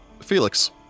Felix